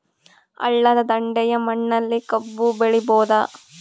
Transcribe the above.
ಹಳ್ಳದ ದಂಡೆಯ ಮಣ್ಣಲ್ಲಿ ಕಬ್ಬು ಬೆಳಿಬೋದ?